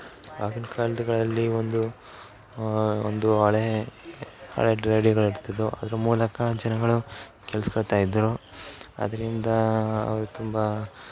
ಆಗಿನ ಕಾಲಗಳಲ್ಲಿ ಒಂದು ಒಂದು ಹಳೆ ಹಳೆ ರೇಡಿಯೋಗಳು ಇರ್ತಿದ್ದವು ಅದರ ಮೂಲಕ ಜನಗಳು ಕೇಳ್ಸ್ಕೊಳ್ತಾಯಿದ್ದರು ಅದರಿಂದ ಅವರು ತುಂಬ